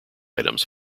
items